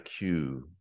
IQ